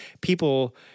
people